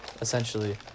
essentially